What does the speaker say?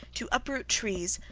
to uproot trees,